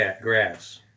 grass